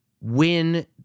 win